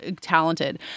Talented